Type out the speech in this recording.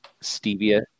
stevia